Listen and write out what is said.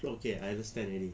okay I understand already